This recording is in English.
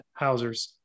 Housers